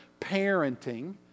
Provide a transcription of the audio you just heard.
Parenting